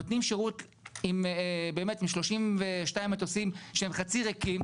נותנים שירות באמת עם 32 מטוסים שהם חצי ריקים,